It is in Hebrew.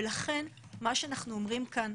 לכן מה שאנחנו אומרים כאן,